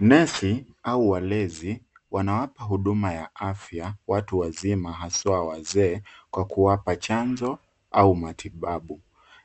Nesi au walezi wanawapa huduma ya afya watu wazima, haswa wazee, kwa kuwapa chanjo au matibabu.